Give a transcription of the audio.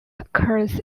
occurs